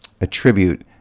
attribute